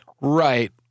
Right